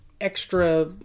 extra